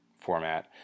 format